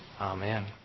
Amen